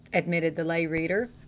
admitted the lay reader.